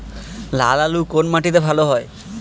লাল আলু কোন মাটিতে ভালো হয়?